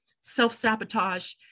self-sabotage